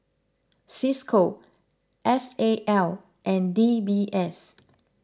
Cisco S A L and D B S